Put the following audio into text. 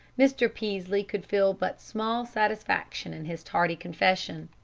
mr. peaslee could feel but small satisfaction in his tardy confession.